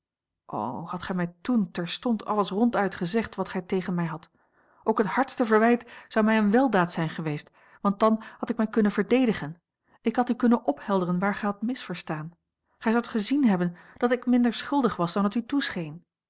hadt gij mij toen terstond alles ronduit gezegd wat gij tegen mij hadt ook het hardste verwijt zou mij eene weldaad zijn geweest want dan had ik mij kunnen verdedigen ik had u kunnen ophelderen waar gij hadt misverstaan gij zoudt gezien hebben dat ik minder schuldig was dan het u toescheen